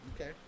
Okay